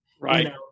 Right